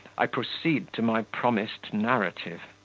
i proceed to my promised narrative.